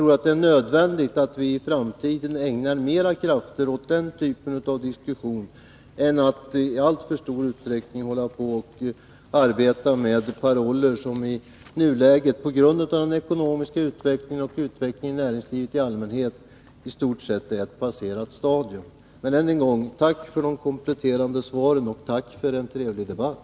Jag tror det är nödvändigt att vi i framtiden ägnar mer krafter åt den typen av diskussioner än att i alltför stor utsträckning arbeta med paroller som i nuläget, på grund av den ekonomiska utvecklingen och utvecklingen av näringslivet i allmänhet, i stort sett är ett passerat stadium. Jag tackar än en gång för de kompletterande svaren och för en trevlig debatt.